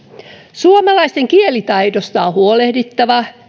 suomalaisten kielitaidosta on huolehdittava